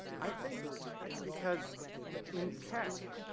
i think that's because in tech,